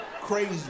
Crazy